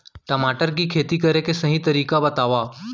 टमाटर की खेती करे के सही तरीका बतावा?